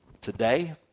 Today